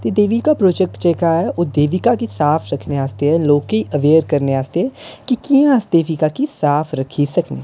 Devika project जेह्का एह ओह् देविका गी साफ रखना आस्तै लोकें गी अवेयर करने आस्तै कि कि'यां अस देविका गी साफ रक्खी सकने आं